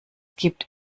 gibt